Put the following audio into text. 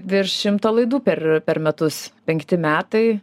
virš šimto laidų per per metus penkti metai